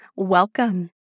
Welcome